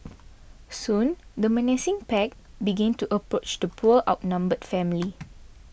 soon the menacing pack begin to approach the poor outnumbered family